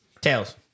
Tails